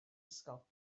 ysgol